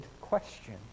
question